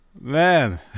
Man